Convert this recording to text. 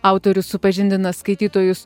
autorius supažindina skaitytojus